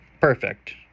Perfect